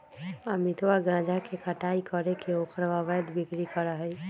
अमितवा गांजा के कटाई करके ओकर अवैध बिक्री करा हई